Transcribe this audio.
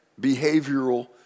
behavioral